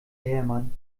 hermann